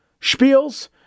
spiels